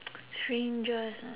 strangest ah